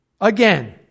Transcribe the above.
Again